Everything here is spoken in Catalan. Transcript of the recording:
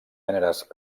gèneres